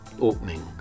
opening